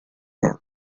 burn